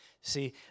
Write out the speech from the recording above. See